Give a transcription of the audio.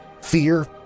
Fear